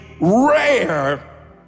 rare